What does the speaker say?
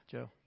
Joe